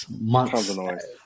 months